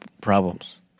problems